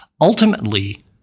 ultimately